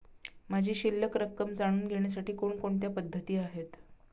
माझी शिल्लक रक्कम जाणून घेण्यासाठी कोणकोणत्या पद्धती आहेत?